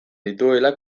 dituela